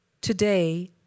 today